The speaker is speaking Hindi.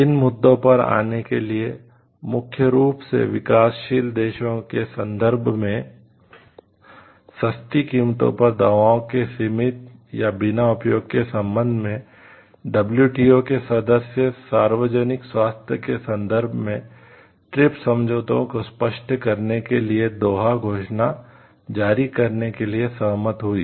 इन मुद्दों पर आने के लिए मुख्य रूप से विकासशील देशों के संदर्भ में सस्ती कीमतों पर दवाओं के सीमित या बिना उपयोग के संबंध में डब्ल्यूटीओ घोषणा जारी करने के लिए सहमत हुए